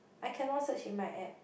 I cannot search in my app